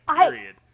period